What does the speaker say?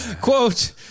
Quote